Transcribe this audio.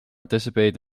participate